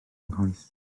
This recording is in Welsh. nghoes